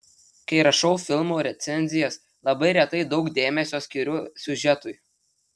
kai rašau filmų recenzijas labai retai daug dėmesio skiriu siužetui